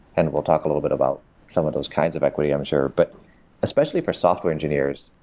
and we'll talk a little bit about some of those kinds of equity, i'm sure. but especially for software engineers,